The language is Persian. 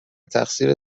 تقصیر